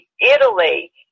Italy